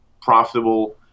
profitable